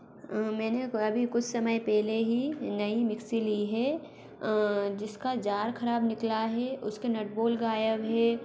मैंने अभी कुछ समय पहले ही नई मिक्सी ली है जिसका जार खराब निकला है उसके नट बोल्ट गायब हैं